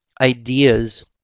ideas